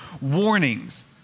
warnings